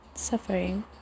suffering